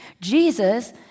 Jesus